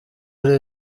ari